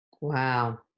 Wow